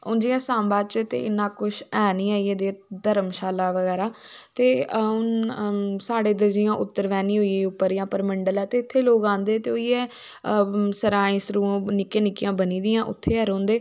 हुन जियां सांबा च ते इन्ना कुश है नी ऐ धर्मशाला बगैरा ते साढ़े इध्दर जियां उत्तरवैह्नी होई उप्पर जां परमण्डल ऐ उत्थें लोग आंदे ते उऐ सराईं सरुआं निक्कियां निक्कियां बनी दियां उत्थै गै रौह्ंदे